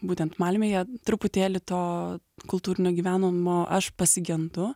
būtent malmėje truputėlį to kultūrinio gyvenimo aš pasigendu